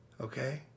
Okay